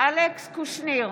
אלכס קושניר,